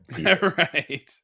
Right